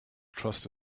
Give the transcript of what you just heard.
trust